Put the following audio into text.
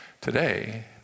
Today